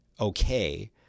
okay